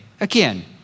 again